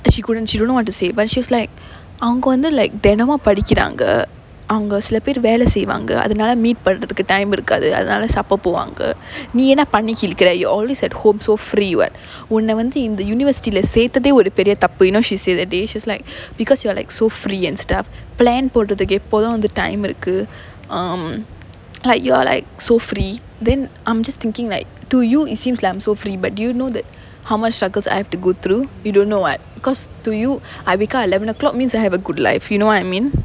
and she couldn't she don't know what to say but she was like அவங்க வந்து:avanga vanthu like தினமும் படிக்கிறாங்க அவங்க சில பேர் வேல செய்வாங்க அதனால:thinamum padikkiraanga avanga sila per vela seivaanga athanaala meet பண்றதுக்கு:pandrathukku time இருக்காது அதனால:irukkaathu athanaala support போவாங்க நீ என்ன பண்ணி கிழிக்கிற:povaanga nee enna panni kilikkira you always at home so free [what] உன்ன வந்து இந்த:unna vanthu intha university leh சேர்த்ததே ஒரு பெரிய தப்பு:serthathae oru periya thappu you know she say that day she was like because you are like so free and stuff plan போடுறதுக்கு எப்போதும் வந்து:podurathukku eppothum vanthu time இருக்கு:irukku um like you are like so free then I'm just thinking like to you it seems like I'm so free but do you know like how much struggles I have to go through you don't know [what] because to you I wake up at eleven o'clock means I have a good life you know what I mean